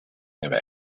never